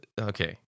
okay